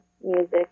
music